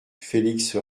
félix